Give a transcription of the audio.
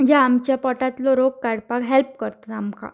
जे आमच्या पोटांतलो रोग काडपाक हेल्प करता आमकां